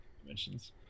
dimensions